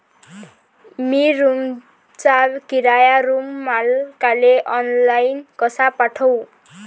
मी रूमचा किराया रूम मालकाले ऑनलाईन कसा पाठवू?